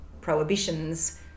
prohibitions